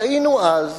טעינו אז.